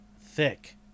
thick